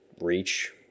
Reach